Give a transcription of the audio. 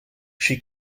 she